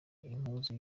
impuzu